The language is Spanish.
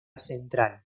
central